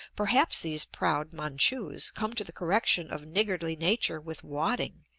perhaps these proud manchus come to the correction of niggardly nature with wadding,